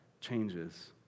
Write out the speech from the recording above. changes